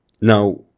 Now